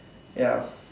ya